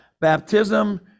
baptism